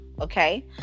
okay